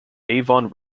avon